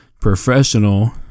professional